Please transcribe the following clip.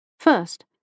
First